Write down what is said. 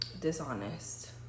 dishonest